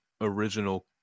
original